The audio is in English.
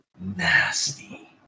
Nasty